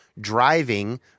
driving